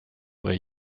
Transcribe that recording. way